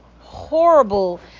horrible